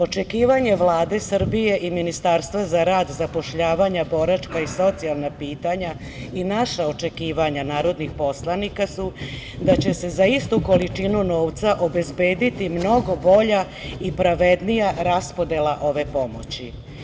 Očekivanje Vlade Republike Srbije i Ministarstva za rad, zapošljavanje, boračka i socijalna pitanja i naša očekivanja narodnih poslanika su da će se za istu količinu novca obezbediti mnogo bolja i pravednija raspodela ove pomoći.